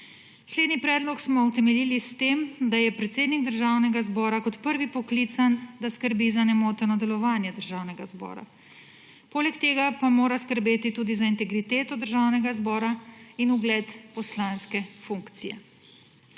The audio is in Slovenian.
Slednji predlog smo utemeljili s tem, da je predsednik Državnega zbora kot prvi poklican, da skrbi za nemoteno delovanje Državnega zbora. Poleg tega pa mora skrbeti tudi za integriteto Državnega zbora in ugled poslanske funkcije.